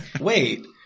wait